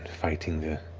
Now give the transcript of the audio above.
fighting the